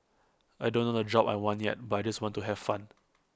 I don't know the job I want yet but I just want to have fun